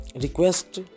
request